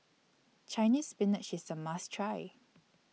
Chinese Spinach IS A must Try